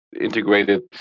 integrated